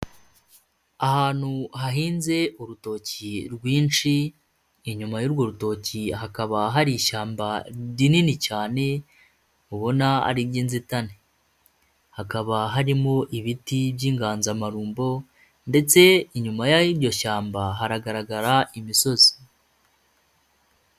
Ahantu hahinze urutoki rwinshi, inyuma y'urwo rutoki hakaba hari ishyamba rinini cyane, ubona ari iby'inzitane, hakaba harimo ibiti by'inganzamarumbo ndetse inyuma y'iryo shyamba, hagaragara imisozi.